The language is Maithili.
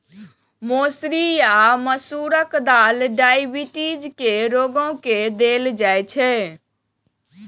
मौसरी या मसूरक दालि डाइबिटीज के रोगी के देल जाइ छै